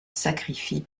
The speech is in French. sacrifie